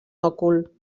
òcul